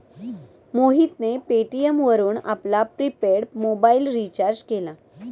मोहितने पेटीएम वरून आपला प्रिपेड मोबाइल रिचार्ज केला